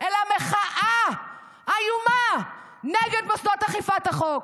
אלא מחאה איומה נגד מוסדות אכיפת החוק.